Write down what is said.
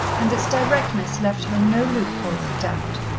and its directness left her no loophole for doubt.